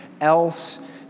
else